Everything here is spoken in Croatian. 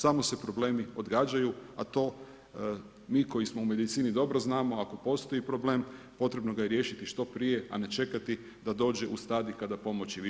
Samo se problemi odgađaju, a to mi koji smo u medicini dobro znamo, ako postoji problem potrebno ga je riješiti što prije, a ne čekati da dođe u stadij kada pomoći više nema.